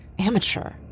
amateur